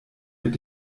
mit